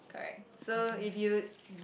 correct so if you